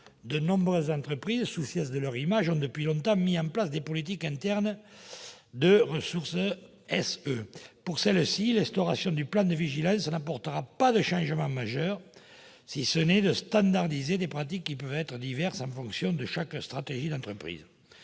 de nombreuses entreprises, soucieuses de leur image, ont depuis longtemps mis en place des politiques internes en matière de RSE. Pour celles-ci, l'instauration du plan de vigilance n'apportera pas de changement majeur, si ce n'est de standardiser des pratiques qui peuvent être diverses en fonction de chaque entreprise.